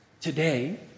Today